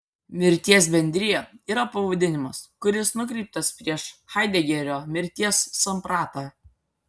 mirties bendrija yra pavadinimas kuris nukreiptas prieš haidegerio mirties sampratą